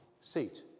seat